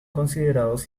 considerados